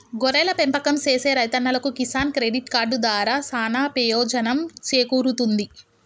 గొర్రెల పెంపకం సేసే రైతన్నలకు కిసాన్ క్రెడిట్ కార్డు దారా సానా పెయోజనం సేకూరుతుంది